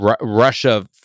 Russia